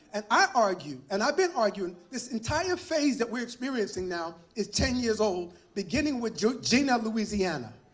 and i argue, and i've been arguing this entire phase that we're experiencing now, is ten years old beginning with jena, louisiana.